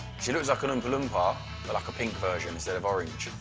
she looks like an oompa loompa, but like a pink version instead of orange.